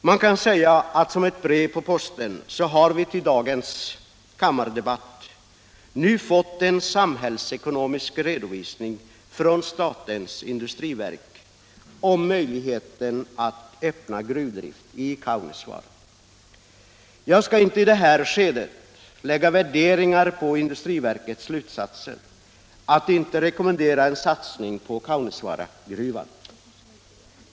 Man kan säga att som ett brev på posten har vi till dagens kammardebatt fått en samhällsekonomisk redovisning från statens industriverk om möjligheten att öppna gruvdrift i Kaunisvaara. Jag skall inte i detta skede göra värderingar av industriverkets slutsatser, som inte rekommenderar gruvbrytning i Kaunisvaara.